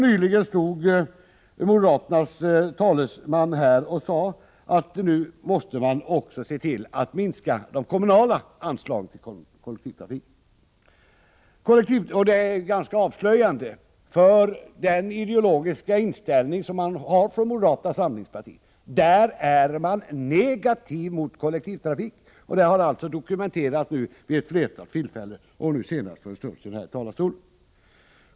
Nyligen stod moderaternas talesman här och sade att nu måste man också se till att minska de kommunala anslagen till kollektivtrafiken. Detta är ganska avslöjande för den ideologiska inställning man har från moderata samlingspartiet, som är negativt till kollektiv trafik. Detta har nu dokumenterats vid ett flertal tillfällen, senast för en stund sedan här i talarstolen.